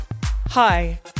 Hi